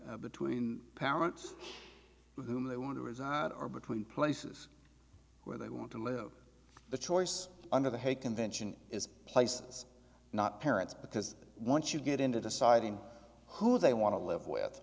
person between parents whom they want to resign or between places where they want to live the choice under the hague convention is places not parents because once you get into deciding who they want to live with